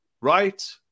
Right